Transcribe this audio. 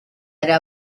era